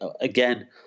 again